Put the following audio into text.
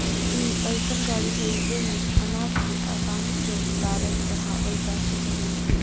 ई अइसन गाड़ी हई जेमे अनाज के आसानी से उतारल चढ़ावल जा सकऽ हई